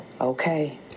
okay